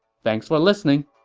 thanks for listening